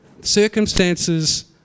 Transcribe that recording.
circumstances